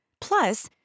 Plus